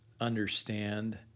understand